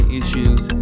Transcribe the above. issues